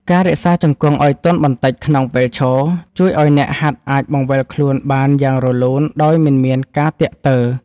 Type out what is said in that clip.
ការរក្សាជង្គង់ឱ្យទន់បន្តិចក្នុងពេលឈរ ជួយឱ្យអ្នកហាត់អាចបង្វិលខ្លួនបានយ៉ាងរលូនដោយមិនមានការទាក់ទើ។